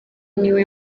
niwe